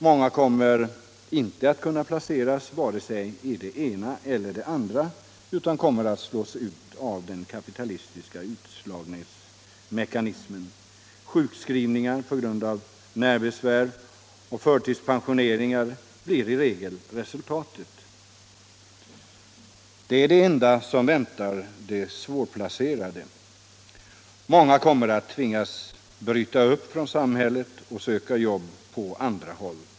Många kommer inte att kunna placeras i vare sig det ena eller det andra utan kommer att slås ut av den kapitalistiska utslagningsmekanismen. Sjukskrivningar på grund av nervbesvär samt förtidspensioneringar blir i regel resultatet. Det är det enda som väntar de svårplacerade. Många kommer att tvingas bryta upp från samhället och söka jobb på andra håll.